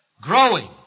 growing